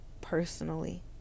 Personally